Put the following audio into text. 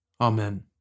Amen